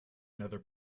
nether